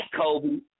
Kobe